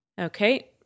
Okay